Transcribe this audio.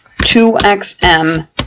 2XM